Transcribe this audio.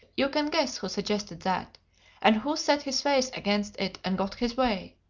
you can guess who suggested that and who set his face against it and got his way.